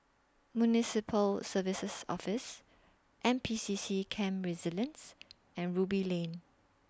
Municipal Services Office N P C C Camp Resilience and Ruby Lane